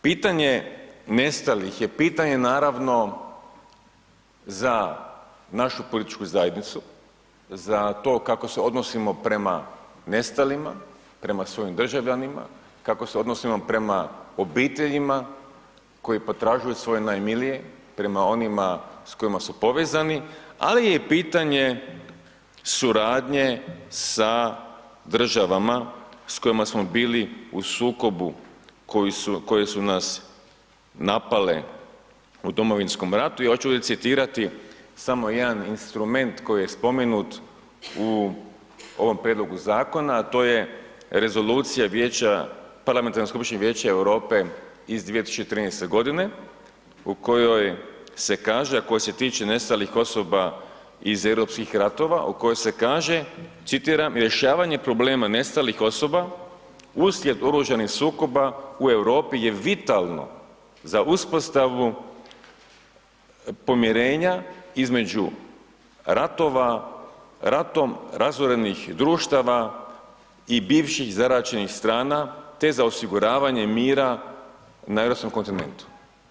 Pitanje nestalih je pitanje naravno za našu političku zajednicu, za to kako se odnosimo prema nestalima, prema svojim državljanima, kako se odnosimo prema obiteljima koji potražuju svoje najmilije, prema onima s kojima su povezani, ali je i pitanje suradnje sa državama s kojima smo bili u sukobu koje su nas napale u Domovinskom ratu i hoću recitirati samo jedan instrument koji je spomenut u ovom prijedlogu zakona, to je rezolucija vijeća, parlamentarna skupština vijeća Europe iz 2013.g. u kojoj se kaže, a koja se tiče nestalih osoba iz europskih ratova, u kojoj se kaže citiram, rješavanje problema nestalih osoba uslijed oružanih sukoba u Europi je vitalno za uspostavu pomirenja između ratova ratom razorenih društava i bivših zaraćenih strana, te za osiguravanje mira na europskome kontinentu.